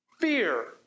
fear